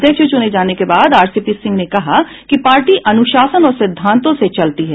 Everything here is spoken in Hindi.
अध्यक्ष चुने जाने के बाद आरसीपी सिंह ने कहा कि पार्टी अनुशासन और सिद्धांतों से चलती है